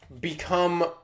become